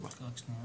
כאן אנחנו רואים את